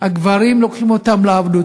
הגברים לוקחים אותם לעבדות.